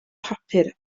papur